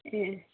ए